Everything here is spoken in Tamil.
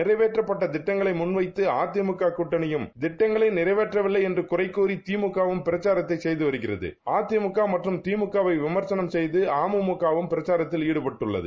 நிறைவேற்றப்பட்டதிட்டங்களைமுன்வைத்துஅதிமுககூட்டணியும் திட்டங்களைநிறைவேற்றவில்லைஎன்றுகுறைகூறிதிமுகவும்பிரச்சாரத்தைசெய்துவருகிறதுஅதிமுக மற்றும்திமுகவைவிமர்சனம்செய்துஅமுமுகவும்பிரச்சாரத்தில்ஈடுபட்டுஉள்ளது